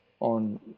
On